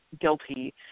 guilty